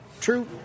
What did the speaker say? True